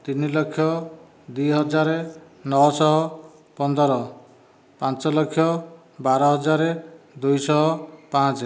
ତିନିଲକ୍ଷ ଦୁଇହଜାର ନଶହ ପନ୍ଦର ପାଞ୍ଚଲକ୍ଷ ବାର ହଜାର ଦୁଇଶହ ପାଞ୍ଚ